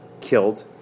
killed